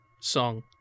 song